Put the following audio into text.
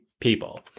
people